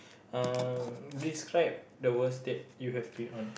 um describe the worst date you have been on